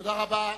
תודה רבה.